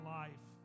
life